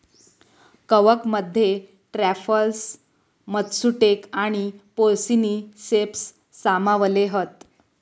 कवकमध्ये truffles, matsutake आणि porcini ceps सामावले हत